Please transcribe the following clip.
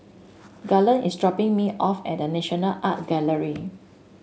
Garland is dropping me off at The National Art Gallery